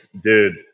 dude